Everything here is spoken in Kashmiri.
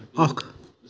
اکھ